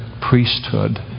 priesthood